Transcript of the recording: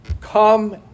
Come